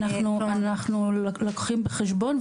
אנחנו לוקחים בחשבון,